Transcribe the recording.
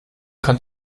kann